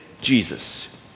Jesus